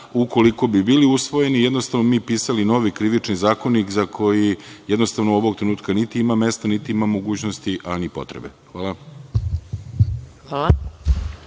ukoliko bi bili usvojeni, jednostavno mi pisali novi krivični zakonik, za koji ovog trenutka niti ima mesta, niti ima mogućnosti, a ni potrebe. Hvala.